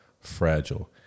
Fragile